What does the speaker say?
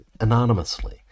anonymously